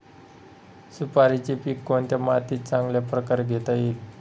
सुपारीचे पीक कोणत्या मातीत चांगल्या प्रकारे घेता येईल?